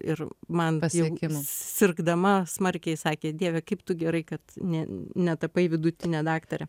ir man pasiekimų sirgdama smarkiai sakė dieve kaip tu gerai kad netapai vidutinė daktarė